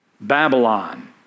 Babylon